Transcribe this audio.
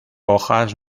hojas